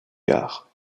gares